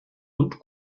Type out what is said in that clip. und